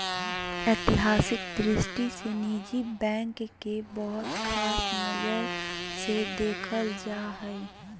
ऐतिहासिक दृष्टि से निजी बैंकिंग के बहुत ख़ास नजर से देखल जा हइ